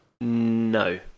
No